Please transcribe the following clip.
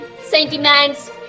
sentiments